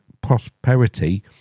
prosperity